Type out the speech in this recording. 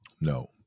No